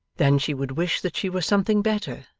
then she would wish that she were something better,